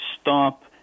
stop